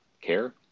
care